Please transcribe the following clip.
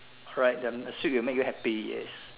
alright then a sweet will make you happy yes